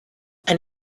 and